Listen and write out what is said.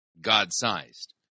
God-sized